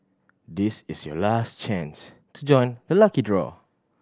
this is your last chance to join the lucky draw